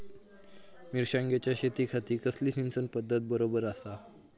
मिर्षागेंच्या शेतीखाती कसली सिंचन पध्दत बरोबर आसा?